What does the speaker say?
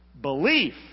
belief